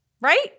Right